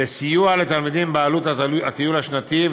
לסיוע לתלמידים בעלות הטיול השנתי,